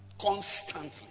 constantly